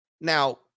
Now